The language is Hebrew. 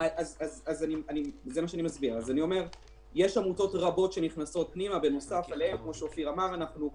המגזר הזה נכנס למשבר בצורה משברית.